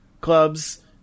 clubs